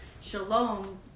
Shalom